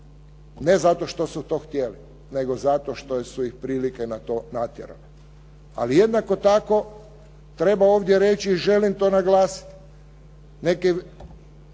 ne zato što su to htjeli nego zato što su ih prilike na to natjerale. Ali jednako tako treba ovdje reći i želim to naglasiti neki